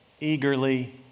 eagerly